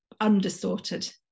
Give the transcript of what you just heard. undistorted